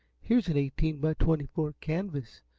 here's an eighteen by twenty-four canvas,